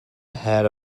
ahead